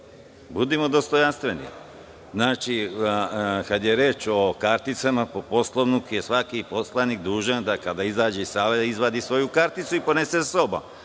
budimo dostojanstveni, kada je reč o karticama po Poslovniku je svaki poslanik dužan da kada izađe iz sale izvadi svoju karticu i ponese sa sobom.